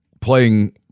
playing